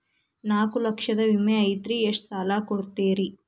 ನಾಲ್ಕು ಲಕ್ಷದ ವಿಮೆ ಐತ್ರಿ ಎಷ್ಟ ಸಾಲ ಕೊಡ್ತೇರಿ?